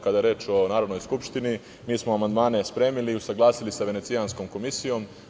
Kada je reč o Narodnoj skupštini, mi smo amandmane spremili i usaglasili sa Venecijanskom komisijom.